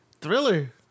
Thriller